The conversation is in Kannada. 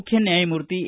ಮುಖ್ಯ ನ್ಯಾಯಮೂರ್ತಿ ಎ